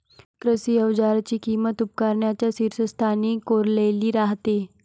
कृषी अवजारांची किंमत उपकरणांच्या शीर्षस्थानी कोरलेली राहते